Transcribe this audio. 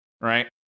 right